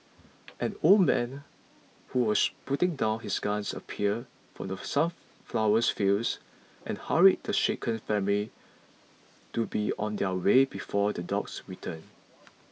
an old man who was putting down his guns appeared from the sunflower fields and hurried the shaken family to be on their way before the dogs return